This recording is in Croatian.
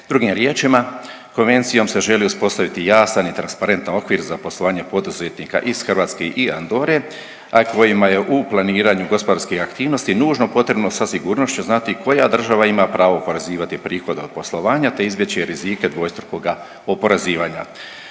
drugim riječima Konvencijom se želi uspostaviti jasan i transparentan okvir za poslovanje poduzetnika iz Hrvatske i Andore, a kojima je u planiranju gospodarske aktivnosti nužno potrebno sa sigurnošću znati koja država ima pravo oporezivati prihode od poslovanja, te izbjeći rizike dvostrukoga oporezivanja.